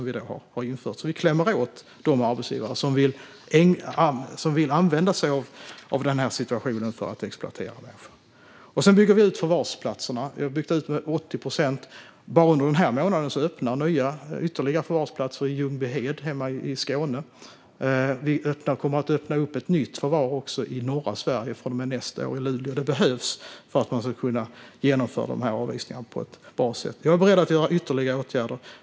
Vi klämmer alltså åt de arbetsgivare som vill använda sig av denna situation för att exploatera människor. Vi bygger också ut förvarsplatserna. Vi har byggt ut dem med 80 procent. Bara under denna månad öppnas ytterligare förvarsplatser i Ljungbyhed i Skåne. Vi kommer att öppna ett nytt förvar även i norra Sverige, i Luleå, nästa år. Det behövs för att man ska kunna genomföra dessa avvisningar på ett bra sätt. Jag är beredd att vidta ytterligare åtgärder.